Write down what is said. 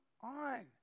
on